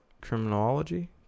criminology